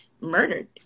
murdered